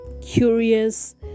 curious